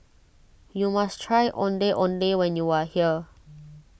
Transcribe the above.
you must try Ondeh Ondeh when you are here